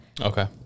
Okay